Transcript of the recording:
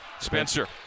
Spencer